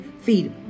Feed